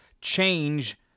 change